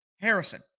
Harrison